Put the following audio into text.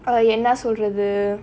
என்ன சொல்றது:enna solrathu